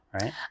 right